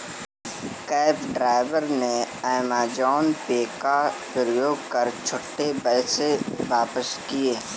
cab driver ने Amazon Pay का प्रयोग कर छुट्टे पैसे वापस किए